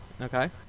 Okay